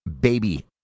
baby